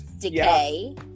decay